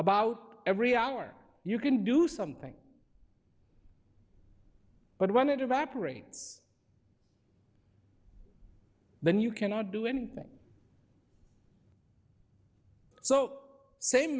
about every hour you can do something but when it evaporates then you cannot do anything so same